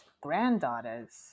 granddaughters